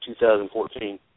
2014